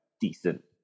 decent